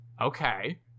Okay